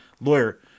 lawyer